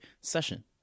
session